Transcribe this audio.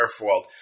Earthworld